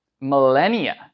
millennia